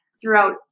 throughout